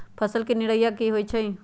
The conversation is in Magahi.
फसल के निराया की होइ छई?